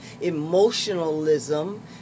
emotionalism